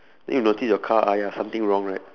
then you notice your car !aiya! something wrong right